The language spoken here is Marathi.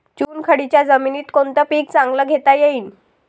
चुनखडीच्या जमीनीत कोनतं पीक चांगलं घेता येईन?